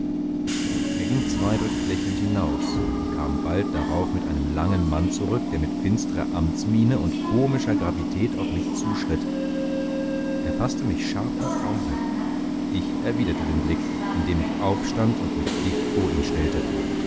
er ging zweideutig lächelnd hinaus und kam bald darauf mit einem langen mann zurück der mit finstrer amtsmiene und komischer gravität auf mich zuschritt er faßte mich scharf ins auge ich erwiderte den blick indem ich aufstand und mich dicht vor ihn stellte